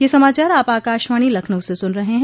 ब्रे क यह समाचार आप आकाशवाणी लखनऊ से सुन रहे हैं